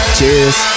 Cheers